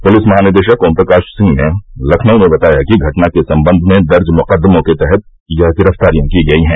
police महानिदेशक ओम प्रकाश सिंह ने लखनऊ में बताया कि घटना के संबंध में दर्ज मुकदमों के तहत यह गिरफ्तारियां की गई है